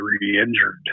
re-injured